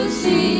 see